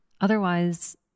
otherwise